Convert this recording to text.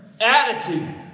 attitude